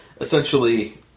Essentially